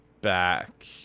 back